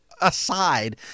aside